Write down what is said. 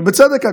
ובצדק,